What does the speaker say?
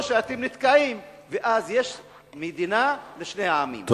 או שאתם נתקעים ואז יש מדינה לשני עמים,